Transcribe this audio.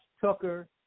Tucker